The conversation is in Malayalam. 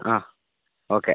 ആ ഓക്കെ